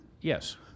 Yes